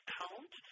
count